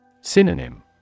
Synonym